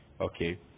okay